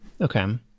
Okay